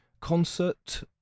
concert